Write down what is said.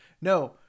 No